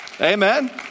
Amen